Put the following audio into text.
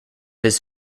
his